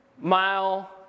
mile